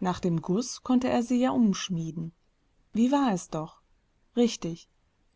nach dem guß konnte er sie ja umschmieden wie war es doch richtig